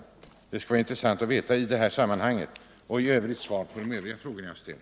Det skulle vara intressant att veta det och även att få svar på de övriga frågor jag har ställt.